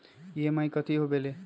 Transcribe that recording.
EMI कथी होवेले?